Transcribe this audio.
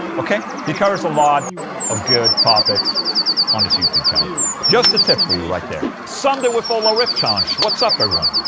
ok? he covers a lot of good topics on his youtube channel just a tip for you right there sunday with ola riff challenge, what's up everyone?